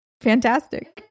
Fantastic